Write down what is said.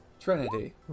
Trinity